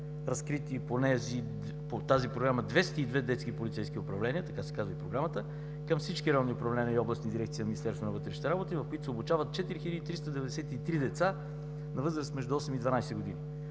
разкрити 202 „Детски полицейски управления“, така се казва и програмата, към всички райони управления и областни дирекции на Министерството на вътрешните работи, в които се обучават 4393 деца на възраст между 8 и 12 години.